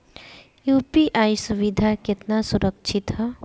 UPI सुविधा केतना सुरक्षित ह?